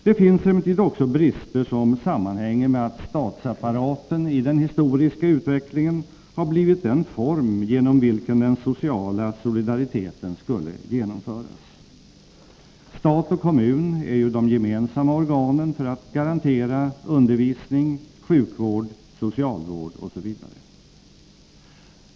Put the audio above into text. Det finns emellertid också brister som sammanhänger med att statsapparaten i den historiska utvecklingen blivit den form genom vilken den sociala solidariteten skulle genomföras. Stat och kommun är de gemensamma organen för att garantera undervisning, sjukvård, socialvård osv.